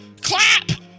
clap